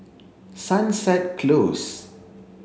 sunset close